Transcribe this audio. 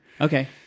Okay